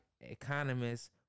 economists